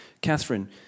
Catherine